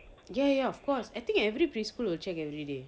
ya ya of course I think every preschool will check every day